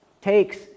takes